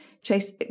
Chase